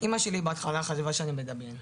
אמא שלי בהתחלה חשבה שאני מדמיין,